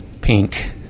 pink